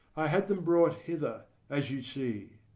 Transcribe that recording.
i had them brought hither, as you see.